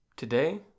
Today